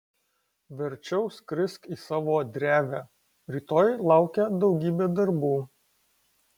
verčiau skrisk į savo drevę rytoj laukia daugybė darbų